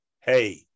hey